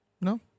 No